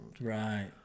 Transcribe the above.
right